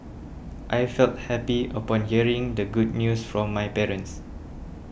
I felt happy upon hearing the good news from my parents